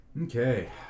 Okay